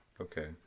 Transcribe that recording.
Okay